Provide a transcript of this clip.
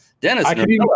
Dennis